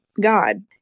God